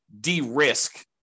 de-risk